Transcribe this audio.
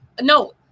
No